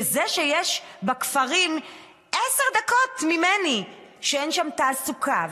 שזה שבכפרים עשר דקות ממני אין תעסוקה,